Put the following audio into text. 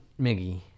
Miggy